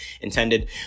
intended